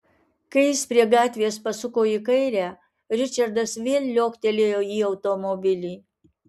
kai jis prie gatvės pasuko į kairę ričardas vėl liuoktelėjo į automobilį